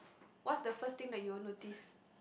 what's the first thing that you will notice